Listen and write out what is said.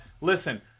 listen